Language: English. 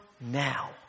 now